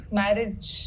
marriage